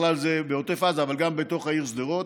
בכלל זה בעוטף עזה, אבל גם בתוך העיר שדרות.